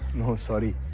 no sorry.